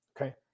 Okay